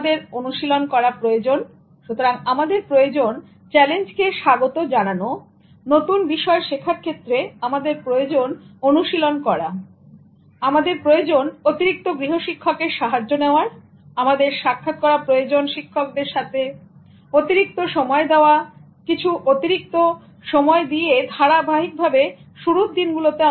আমাদের অনুশীলন করা প্রয়োজনসুতরাং আমাদের প্রয়োজন চ্যালেন্জকে স্বাগত জানানোনতুন বিষয় শেখার ক্ষেত্রে আমাদের প্রয়োজন অনুশীলন করাআমাদের প্রয়োজন অতিরিক্ত গৃহশিক্ষকের সাহায্য নেওয়ারআমাদের সাক্ষাৎ করা প্রয়োজন শিক্ষকদের সাথেঅতিরিক্ত সময় নেওয়াকিছু অতিরিক্ত সময় দেওয়া ধারাবাহিকভাবে শুরুর দিনগুলোতে